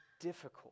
difficult